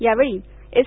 यावेळी एस